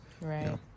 Right